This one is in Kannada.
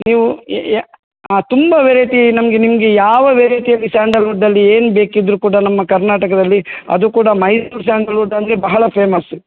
ನೀವು ಏ ಯಾ ಆ ತುಂಬ ವೆರೈಟಿ ನಮಗೆ ನಿಮಗೆ ಯಾವ ವೆರೈಟಿಯಲ್ಲಿ ಸ್ಯಾಂಡಲ್ ವುಡ್ಡಲ್ಲಿ ಏನು ಬೇಕಿದ್ರು ಕೂಡ ನಮ್ಮ ಕರ್ನಾಟಕದಲ್ಲಿ ಅದು ಕೂಡ ಮೈಸೂರು ಸ್ಯಾಂಡಲ್ ವುಡ್ ಅಂದರೆ ಬಹಳ ಫೇಮಸ್